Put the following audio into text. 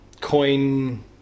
coin